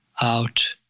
out